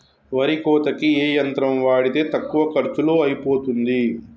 వరి కోతకి ఏ యంత్రం వాడితే తక్కువ ఖర్చులో అయిపోతుంది?